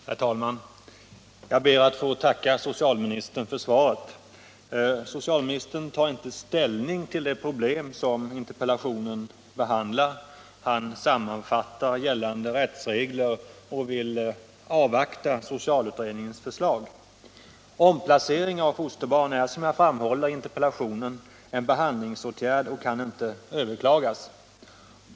Herr talman! Jag ber att få tacka socialministern för svaret. Socialministern tar inte ställning till de problem som interpellationen behandlar. Han sammanfattar gällande rättsregler och vill avvakta socialutredningens förslag. Omplacering av fosterbarn är, som jag framhåller i interpellationen, en behandlingsåtgärd och kan inte överklagas.